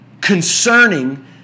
concerning